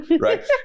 right